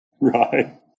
right